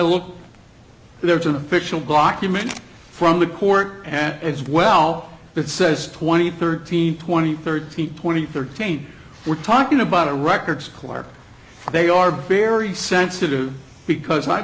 look there's an official document from the court as well that says twenty thirteen twenty thirteen twenty thirteen we're talking about a record squire they are very sensitive because